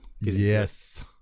Yes